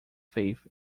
faith